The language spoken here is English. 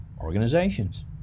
organizations